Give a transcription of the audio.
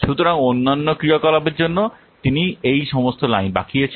সুতরাং অন্যান্য ক্রিয়াকলাপের জন্য তিনি এই সমস্ত লাইন বাঁকিয়েছেন